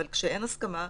אבל כשאין הסכמה,